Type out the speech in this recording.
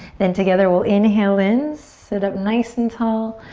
then together we'll inhale in, sit up nice and tall.